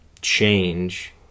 change